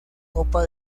copa